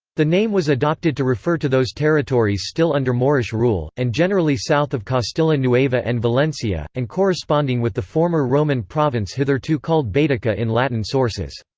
the name was adopted to refer to those territories still under moorish rule, and generally south of castilla nueva and valencia, and corresponding with the former roman province hitherto called baetica in latin sources.